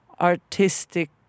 artistic